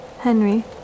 Henry